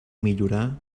millorar